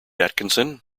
atkinson